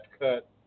cut